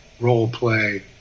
role-play